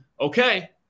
Okay